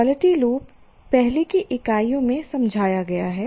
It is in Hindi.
क्वालिटी लूप पहले की इकाइयों में समझाया गया है